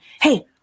hey